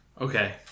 Okay